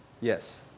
yes